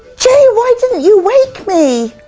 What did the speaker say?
jay, why didn't you wake me?